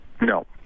No